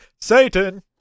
Satan